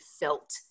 felt